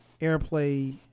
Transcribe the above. airplay